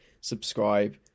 subscribe